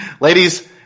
Ladies